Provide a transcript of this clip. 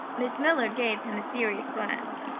miss miller gave him a serious glance.